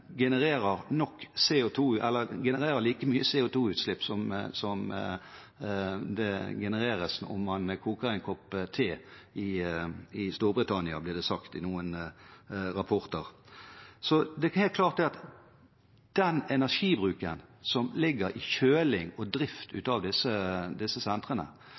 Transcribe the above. genererer like mye CO2-utslipp som det genereres om man koker en kopp te i Storbritannia, blir det sagt i noen rapporter. Så det er helt klart at den energibruken som ligger i kjøling og drift av disse sentrene,